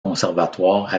conservatoire